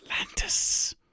Atlantis